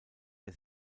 der